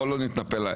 לא נתנפל.